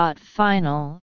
Final